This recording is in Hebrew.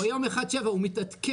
ויום אחד שבע, הוא מתעדכן.